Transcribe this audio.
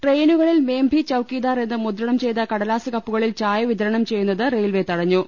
ട്രെയിനുകളിൽ മേം ഭി ചൌക്കിദാർ എന്ന് മുദ്രണം ചെയ്ത കടലാസ് കപ്പുകളിൽ ചായ വിതരണം ചെയ്യുന്നത് റെയിൽവെ തടഞ്ഞു